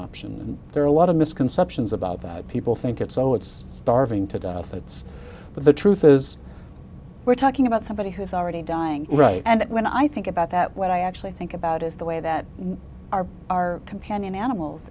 option and there are a lot of misconceptions about that people think it's oh it's starving to death it's but the truth is we're talking about somebody who's already dying right and when i think about that what i actually think about is the way that our our companion animals